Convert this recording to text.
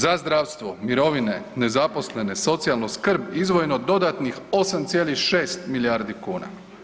Za zdravstvo, mirovine, nezaposlene, socijalnu skrb izdvojeno dodatnih 8,6 milijardi kuna.